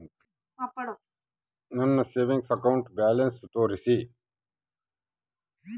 ನನ್ನ savings account balance ತೋರಿಸಿ?